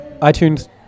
iTunes